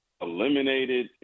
eliminated